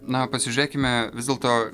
na pasižiūrėkime vis dėlto